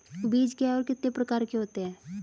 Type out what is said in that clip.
बीज क्या है और कितने प्रकार के होते हैं?